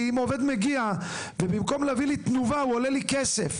אם עובד מגיע ובמקום להביא לי תנובה הוא עולה לי כסף,